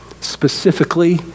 specifically